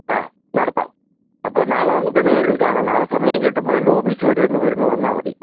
ആ നടത്താം അപ്പോൾ നാളെ നമുക്ക് നേരില് കാണാം നാളെ സമയം കിട്ടുമ്പോൾ എന്റെ ഓഫീസ് വരെ ഒന്ന് വരുന്ന വന്നാൽ മതി